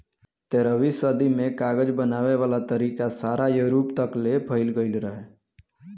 तेरहवीं सदी में कागज बनावे वाला तरीका सारा यूरोप तकले फईल गइल रहे